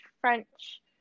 french